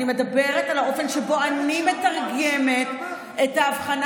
אני מדברת על האופן שבו אני מתרגמת את ההבחנה